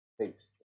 taste